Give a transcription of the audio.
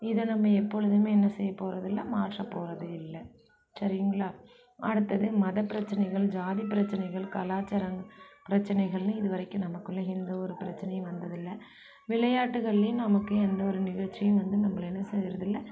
இதை நம்ம எப்பொழுதும் என்ன செய்ய போறதில்லை மாற்ற போகிறது இல்லை சரிங்களா அடுத்தது மத பிரச்சனைகள் ஜாதி பிரச்சனைகள் கலாச்சாரம் பிரச்சனைகள்னு இது வரைக்கும் நம்மக்குள்ள எந்த ஒரு பிரச்சனையும் வந்ததில்லை விளையாட்டுகள்லேயும் நமக்கு எந்த ஒரு நிகழ்ச்சியும் வந்து நம்மள என்ன செய்றது இல்லை